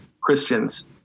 Christians